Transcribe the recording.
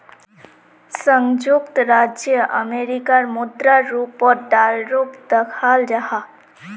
संयुक्त राज्य अमेरिकार मुद्रा रूपोत डॉलरोक दखाल जाहा